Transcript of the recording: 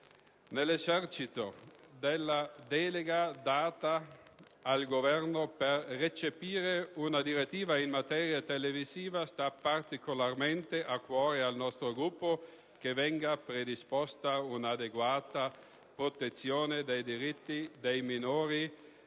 Nell'esercizio della delega affidata al Governo per recepire una direttiva in materia televisiva sta particolarmente a cuore del nostro Gruppo il fatto che venga predisposta un'adeguata protezione dei diritti dei minori